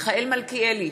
מיכאל מלכיאלי,